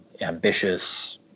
ambitious